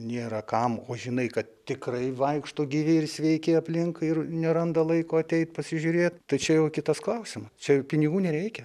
nėra kam o žinai kad tikrai vaikšto gyvi ir sveiki aplink ir neranda laiko ateit pasižiūrėt tai čia jau kitas klausimas čia pinigų nereikia